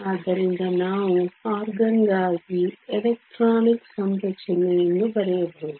ಆದ್ದರಿಂದ ನಾವು ಆರ್ಗಾನ್ಗಾಗಿ ಎಲೆಕ್ಟ್ರಾನಿಕ್ ಸಂರಚನೆಯನ್ನು ಬರೆಯಬಹುದು